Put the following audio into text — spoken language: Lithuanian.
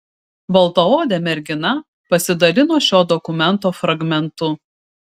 baltaodė mergina pasidalino šio dokumento fragmentu